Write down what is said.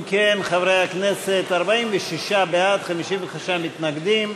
אם כן, חברי הכנסת, 46 בעד, 55 מתנגדים.